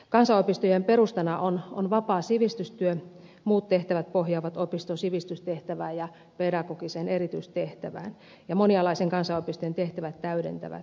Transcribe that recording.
kansanopistojen perustana on vapaa sivistystyö muut tehtävät pohjaavat opiston sivistystehtävään ja pedagogiseen erityistehtävään ja monialaisten kansanopistojen tehtävät täydentävät toisiaan